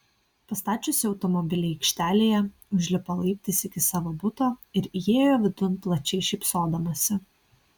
pastačiusi automobilį aikštelėje užlipo laiptais iki savo buto ir įėjo vidun plačiai šypsodamasi